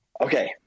Okay